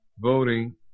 voting